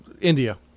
India